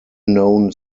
known